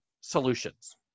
solutions